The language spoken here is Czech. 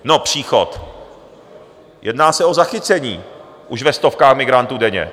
No, příchod... jedná se o zachycení už ve stovkách migrantů denně.